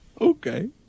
okay